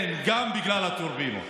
כן, גם בגלל הטורבינות,